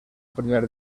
primer